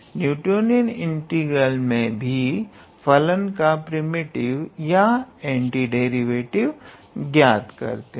Newtonian integral मे भी फलन का प्रिमिटिव या एंटीडेरिवेटिव ज्ञात करते हैं